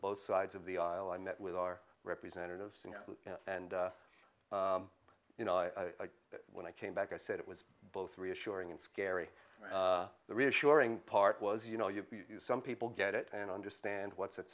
both sides of the aisle i met with our representatives and you know i when i came back i said it was both reassuring and scary the reassuring part was you know you some people get it and understand what's at